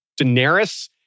Daenerys